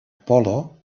polo